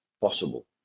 Possible